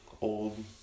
old